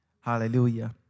hallelujah